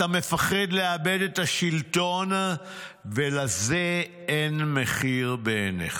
אתה מפחד לאבד את השלטון ולזה אין מחיר בעיניך.